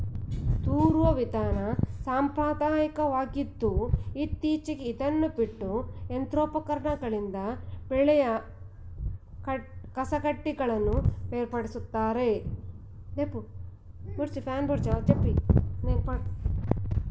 ತೂರುವ ವಿಧಾನ ಸಾಂಪ್ರದಾಯಕವಾಗಿದ್ದು ಇತ್ತೀಚೆಗೆ ಇದನ್ನು ಬಿಟ್ಟು ಯಂತ್ರೋಪಕರಣಗಳಿಂದ ಬೆಳೆಯ ಕಸಕಡ್ಡಿಗಳನ್ನು ಬೇರ್ಪಡಿಸುತ್ತಾರೆ